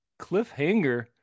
Cliffhanger